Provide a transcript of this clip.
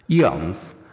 ions